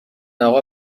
آقا